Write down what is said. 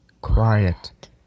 Quiet